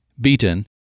beaten